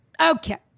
Okay